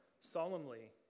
solemnly